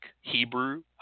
Hebrew